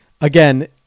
again